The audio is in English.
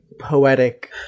poetic